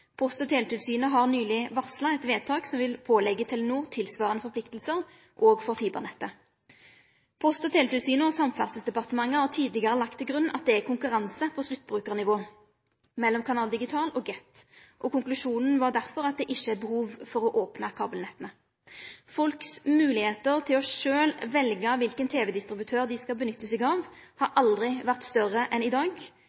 Post- og teletilsynet har nyleg varsla eit vedtak som vil pålegge Telenor tilsvarande forpliktingar òg for fibernettet. Post- og teletilsynet og Samferdselsdepartementet har tidlegare lagt til grunn at det er konkurranse på sluttbrukarnivå mellom Canal Digital og Get, og konklusjonen var derfor at det ikkje er behov for å opne kabelnetta. Folk sine moglegheiter til sjølve å velje kva teledistributør dei skal nytte seg av, har